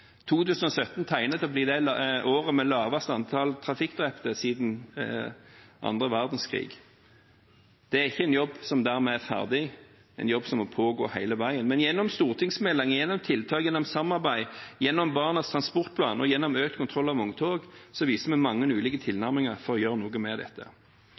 2017 tegner til å bli året med lavest antall trafikkdrepte siden andre verdenskrig. Det er ikke en jobb som dermed er ferdig, det er en jobb som må pågå hele tiden, men gjennom stortingsmeldinger, gjennom tiltak, gjennom samarbeid, gjennom Barnas transportplan og gjennom økt kontroll av vogntog viser vi mange ulike tilnærminger til å gjøre noe med dette.